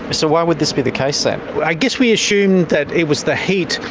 so why would this be the case then? i guess we assumed that it was the heat,